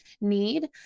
need